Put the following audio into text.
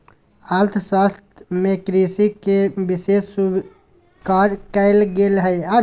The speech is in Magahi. अर्थशास्त्र में कृषि के विशेष स्वीकार कइल गेल हइ